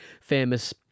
famous